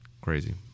crazy